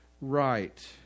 right